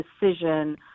decision